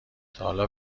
تاحالا